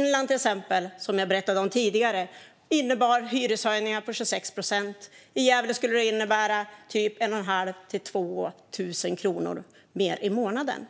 exempelvis Finland, som jag berättade om tidigare, innebar det hyreshöjningar på 26 procent. I Gävle skulle det innebära 1 500-2 000 kronor mer i månaden.